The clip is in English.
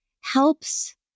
helps